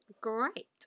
great